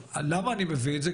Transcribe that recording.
למה אני מביא את זה?